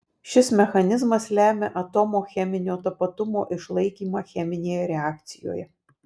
šis mechanizmas lemia atomo cheminio tapatumo išlaikymą cheminėje reakcijoje